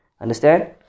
Understand